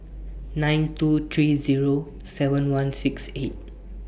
nine two three Zero seven one six eight